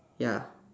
ya